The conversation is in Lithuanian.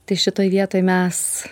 tai šitoj vietoj mes